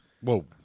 Whoa